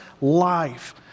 life